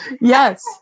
Yes